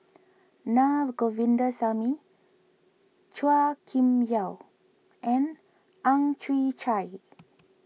Na Govindasamy Chua Kim Yeow and Ang Chwee Chai